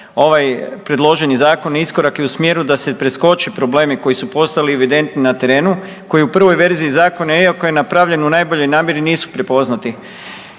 Ovaj predloženi zakon je iskorak i u smjeru da se preskoči problemi koji su postali evidentni na terenu koji u prvoj verziji Zakona, iako je napravljen u najboljoj zamjeri, nisu prepoznati.